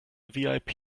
vip